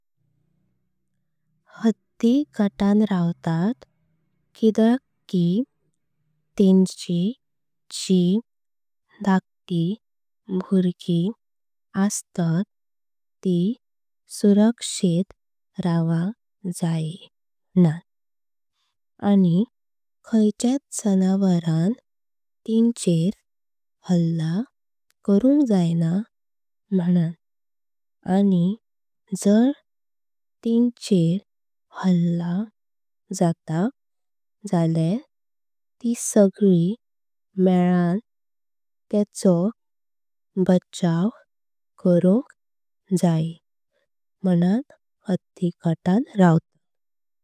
हाथी गजांत रावतात कि तेंची जी धाकटी बर्गी असतात। ती सुरंक्षित रावंक जाय मनान आणि खायच्यात। जनावरां तेंचेर हल्ला करुंक जायना मनान आणि। जर तेंचेर हल्ला जाता जात्या ती सगली मेलां तेचो। बचाव करुंक जाय मनान हाथी गजांत रावतात।